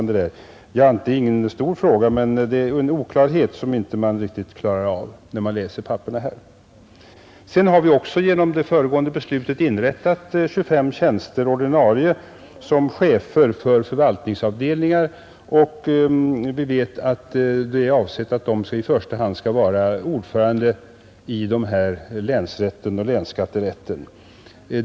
Det är inte någon stor fråga, men det finns en oklarhet som man inte riktigt förstår då man läser handlingarna. Genom det föregående beslutet har vi inrättat 25 ordinarie tjänster som chefer för förvaltningsavdelningar. Vi vet att avsikten är att de i första hand skall ifrågakomma som ordförande i länsrätten och länsskatterätten.